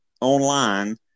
online